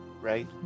right